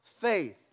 faith